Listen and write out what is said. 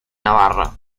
navarra